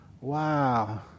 wow